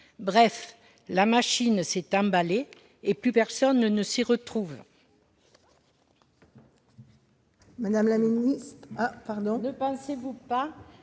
Bref, la machine s'est emballée, et plus personne ne s'y retrouve.